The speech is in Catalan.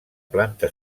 planta